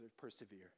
persevere